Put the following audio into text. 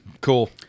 Cool